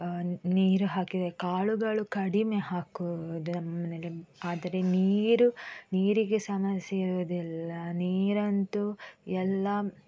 ನೀರು ಹಾಕಿ ಕಾಳುಗಳು ಕಡಿಮೆ ಹಾಕುವುದು ನಮ್ಮನೆಯಲ್ಲಿ ಆದರೆ ನೀರು ನೀರಿಗೆ ಸಮಸ್ಯೆ ಇರುವುದಿಲ್ಲ ನೀರಂತು ಎಲ್ಲ